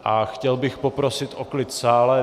A chtěl bych poprosit o klid v sále.